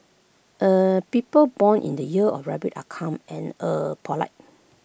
er people born in the year of rabbit are calm and er polite